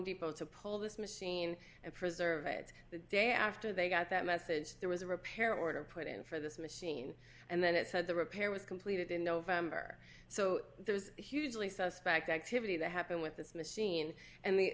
depot to pull this machine and preserve it the day after they got that message there was a repair order put in for this machine and then it said the repair was completed in november so there was hugely suspect activity that happened with this machine and the